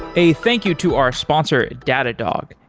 a thank you to our sponsor, datadog,